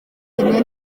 rimwe